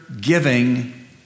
giving